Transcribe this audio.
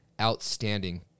outstanding